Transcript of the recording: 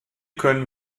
können